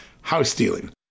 house-stealing